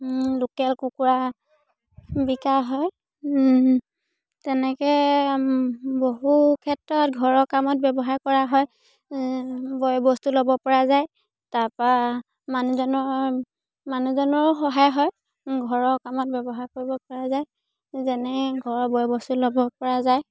local কুকুৰা বিকা হয় তেনেকৈ বহু ক্ষেত্ৰত ঘৰৰ কামত ব্যৱহাৰ কৰা হয় বয় বস্তু ল'বপৰা যায় তাৰপৰা মানুহজনৰ মানুহজনৰো সহায় হয় ঘৰৰ কামত ব্যৱহাৰ কৰিবপৰা যায় যেনে ঘৰৰ বয় বস্তু ল'বপৰা যায়